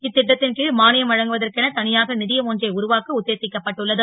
இத் ட்டத் ன் கி மா யம் வழங்குவதற்கென் த யாக யம் ஒன்றை உருவாக்க உத்தேசிக்கப்பட்டுள்ளது